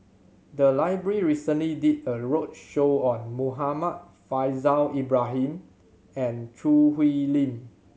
the library recently did a roadshow on Muhammad Faishal Ibrahim and Choo Hwee Lim